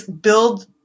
build